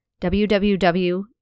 www